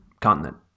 continent